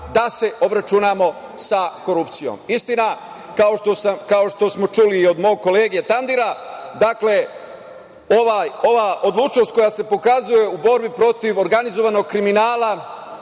da se obračunamo sa korupcijom. Istina, kao što smo čuli od mog kolege Tandira, dakle, ova odlučnost koja se pokazuje u borbi protiv organizovanog kriminala,